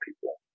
people